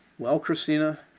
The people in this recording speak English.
well, christina,